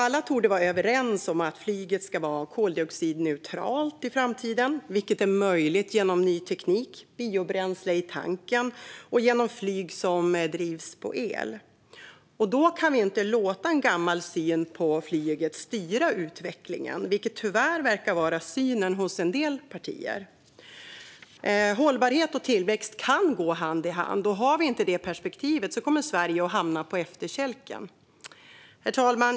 Alla torde vara överens om att flyget ska vara koldioxidneutralt i framtiden, vilket är möjligt genom ny teknik, biobränsle i tanken och flyg som drivs med el. Då kan vi inte låta en gammal syn på flyget styra utvecklingen, vilket tyvärr verkar vara synen hos en del partier. Hållbarhet och tillväxt kan gå hand i hand, och har vi inte det perspektivet kommer Sverige att hamna på efterkälken. Herr talman!